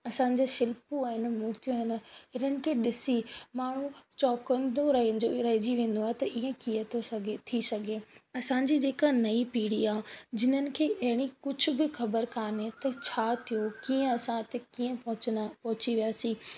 असांजी शिल्पूं आहिनि मूर्तियूं आहिनि हिननि खे ॾिसी माण्हू चोकंदो रहिजी रहिजी वेंदो आहे त इअं कीअं थो सघे थी सघे असांजी जेका नई पीढ़ी आहे जिन्हिनि खे अहिड़ी कुझु बि ख़बर काने त छा थियो कीअं असां हिते कीअं पहुचंदा पहुची वियासीं